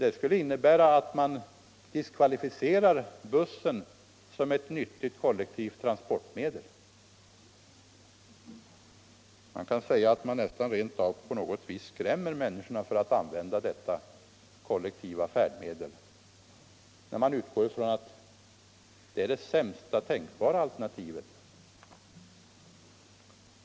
Det skulle innebära att man diskvalificerar bussen som ett nyttigt kollektivt transportmedel. Man kan säga att det rent av är att skrämma människorna från att använda detta kollektiva färdmedel, när man utgår ifrån att det är det sämsta tänkbara alternativet.